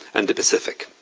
and the pacific,